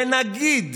ונגיד